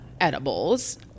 edibles